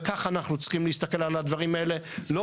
וכך אנחנו צריכים להסתכל על הדברים האלה; לא